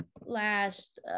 Last